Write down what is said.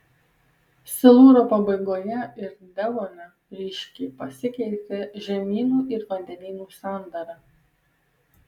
silūro pabaigoje ir devone ryškiai pasikeitė žemynų ir vandenynų sandara